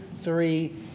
three